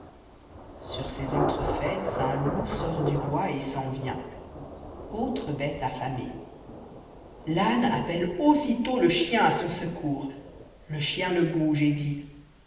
sur ces entrefaites un loup sort du bois et s'en vient autre bête affamée l'âne appelle aussitôt le chien à son secours le chien ne bouge et dit